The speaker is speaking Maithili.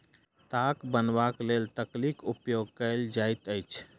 ताग बनयबाक लेल तकलीक उपयोग कयल जाइत अछि